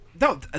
No